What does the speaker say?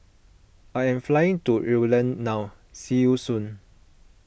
I am flying to Ireland now see you soon